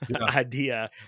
idea